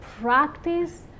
practice